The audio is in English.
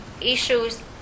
issues